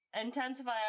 intensify